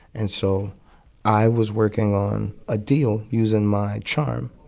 and so i was working on a deal using my charm.